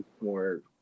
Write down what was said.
more